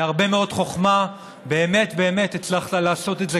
בהרבה מאוד חוכמה, באמת באמת הצלחת לעשות את זה.